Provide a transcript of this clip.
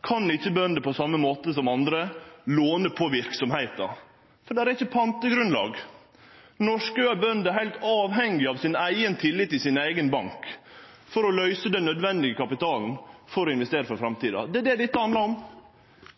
kan ikkje bønder, på same måte som andre, låne på verksemda, fordi det er ikkje pantegrunnlag. Norske bønder er heilt avhengige av sin eigen tillit i sin eigen bank for å løyse dette med nødvendig kapital for å investere for framtida. Det er det dette handlar om.